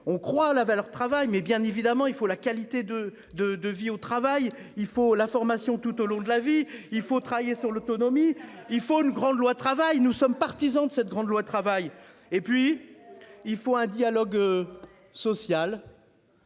On croit à la valeur travail mais bien évidemment il faut la qualité de, de, de vie au travail, il faut la formation tout au long de la vie, il faut travailler sur l'autonomie il faut une grande loi travail nous sommes partisans de cette grande loi travail et puis. Il faut un dialogue. Social.